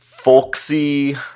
Folksy